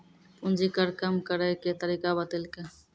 पूंजी कर कम करैय के तरीका बतैलकै